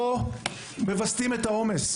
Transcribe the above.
פה מווסתים את העומס,